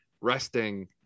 resting